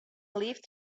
leafed